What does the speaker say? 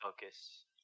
focus